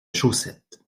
chaussettes